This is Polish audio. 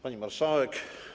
Pani Marszałek!